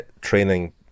training